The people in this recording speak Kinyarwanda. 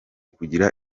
kugira